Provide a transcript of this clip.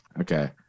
Okay